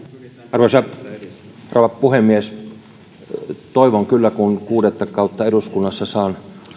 arvoisa rouva puhemies toivon kyllä kun kuudetta kautta eduskunnassa saan